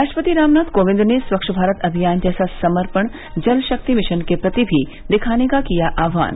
राष्ट्रपति रामनाथ कोविंद ने स्वच्छ भारत अभियान जैसा समर्पण जल शक्ति मिशन के प्रति भी दिखाने का किया आह्वान